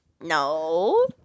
no